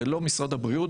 זה לא משרד הבריאות,